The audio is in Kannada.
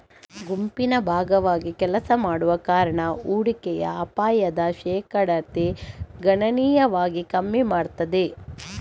ಗುಂಪಿನ ಭಾಗವಾಗಿ ಕೆಲಸ ಮಾಡುವ ಕಾರಣ ಹೂಡಿಕೆಯ ಅಪಾಯದ ಶೇಕಡತೆ ಗಣನೀಯವಾಗಿ ಕಮ್ಮಿ ಮಾಡ್ತದೆ